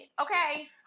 okay